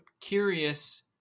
curious